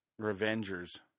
Revengers